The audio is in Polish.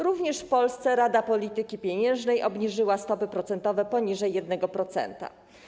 Również w Polsce Rada Polityki Pieniężnej obniżyła stopy procentowe poniżej 1%.